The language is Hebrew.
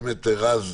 רז,